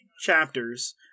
chapters